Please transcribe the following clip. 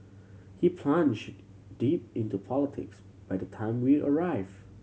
he plunged deep into politics by the time we arrived